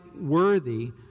worthy